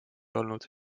olnud